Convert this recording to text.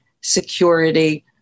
security